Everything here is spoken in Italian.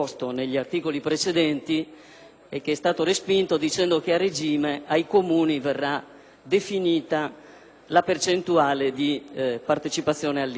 ma che è stato respinto sostenendo che a regime per i Comuni verrà definita la percentuale di partecipazione all'IRPEF.